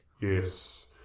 Yes